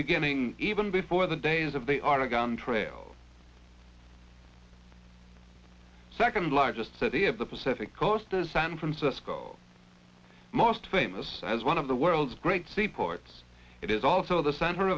beginning even before the days of the oregon trail second largest city of the pacific coast of san francisco most famous as one of the world's great seaports it is also the center